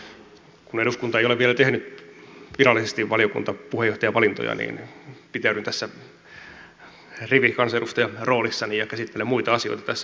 kun eduskunta ei ole vielä tehnyt virallisesti valiokuntapuheenjohtajavalintoja niin pitäydyn tässä rivikansanedustajaroolissani ja käsittelen muita asioita tässä vaiheessa